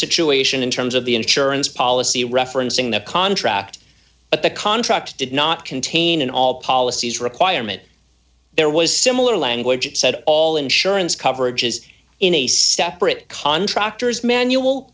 situation in terms of the insurance policy referencing the contract but the contract did not contain all policies requirement there was similar language said all insurance coverage is in a separate contractor's manual